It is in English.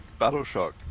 Battleshock